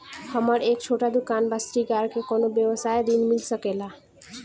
हमर एक छोटा दुकान बा श्रृंगार के कौनो व्यवसाय ऋण मिल सके ला?